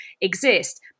exist